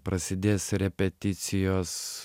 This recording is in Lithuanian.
prasidės repeticijos